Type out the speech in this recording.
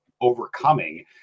overcoming